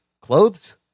clothes